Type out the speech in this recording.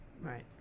right